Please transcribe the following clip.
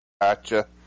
Gotcha